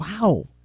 wow